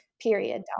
period